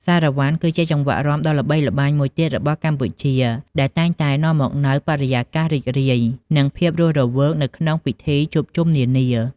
សារ៉ាវ៉ាន់ គឺជាចង្វាក់រាំដ៏ល្បីល្បាញមួយទៀតរបស់កម្ពុជា ដែលតែងតែនាំមកនូវបរិយាកាសរីករាយ និងភាពរស់រវើកនៅក្នុងពិធីជួបជុំនានា។